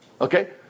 Okay